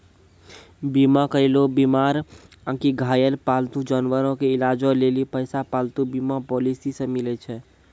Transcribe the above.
बीमा करैलो बीमार आकि घायल पालतू जानवरो के इलाजो लेली पैसा पालतू बीमा पॉलिसी से मिलै छै